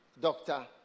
doctor